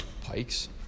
Pikes